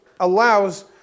allows